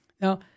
Now